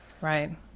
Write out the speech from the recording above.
Right